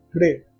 today